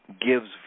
gives